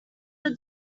are